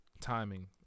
timing